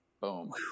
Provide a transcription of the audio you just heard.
Boom